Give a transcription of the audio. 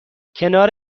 کنار